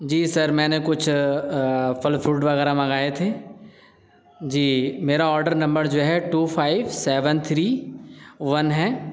جی sir میں نے کچھ پھل فروٹ وغیرہ منگائے تھے جی میرا آڈر نمبر جو ہے two five seven three one ہے